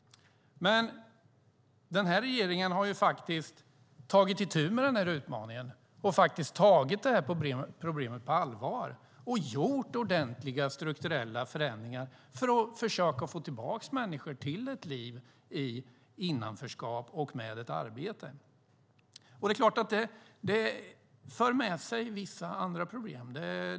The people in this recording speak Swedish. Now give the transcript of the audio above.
Men denna regering har antagit utmaningen, tagit problemet på allvar och gjort ordentliga strukturella förändringar för att försöka få tillbaka människor till ett liv i innanförskap och arbete. Det för såklart med sig vissa andra problem.